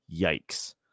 Yikes